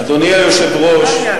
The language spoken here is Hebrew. אדוני היושב-ראש,